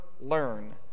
learn